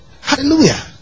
Hallelujah